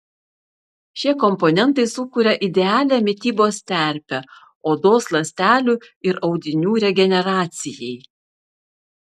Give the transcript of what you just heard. šie komponentai sukuria idealią mitybos terpę odos ląstelių ir audinių regeneracijai